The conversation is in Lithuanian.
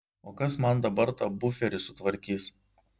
o kas man dabar tą buferį sutvarkys